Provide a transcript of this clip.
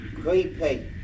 creepy